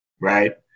Right